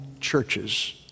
churches